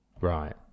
right